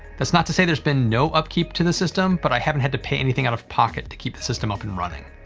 that's not to say there's been no upkeep on the system, but i haven't had to pay anything out of pocket to keep the system up and running.